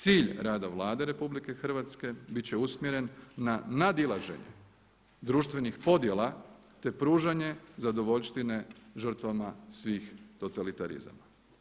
Cilj rada Vlade RH bit će usmjeren nad nadilaženje društvenih podjela te pružanje zadovoljštine žrtvama svih totalitarizama.